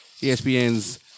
ESPN's